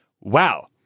wow